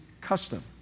custom